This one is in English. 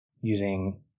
using